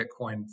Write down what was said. Bitcoin